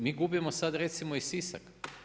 Mi gubimo sada recimo i Sisak.